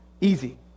easy